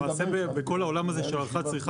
בכל העולם הזה של הערכת צריכה,